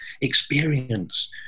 experience